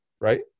right